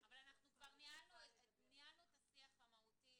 אנחנו כבר ניהלנו את השיח המהותי הזה.